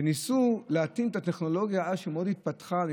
וניסו להתאים טכנולוגיה שמאוד התפתחה אז,